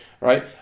right